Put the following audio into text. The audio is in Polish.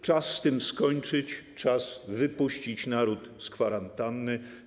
Czas z tym skończyć, czas wypuścić naród z kwarantanny.